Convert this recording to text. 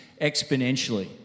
exponentially